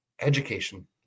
education